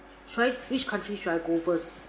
should I which country should I go first